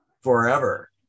forever